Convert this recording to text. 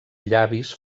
llavis